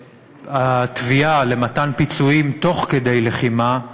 שהתביעה למתן פיצויים תוך כדי לחימה,